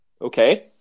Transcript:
Okay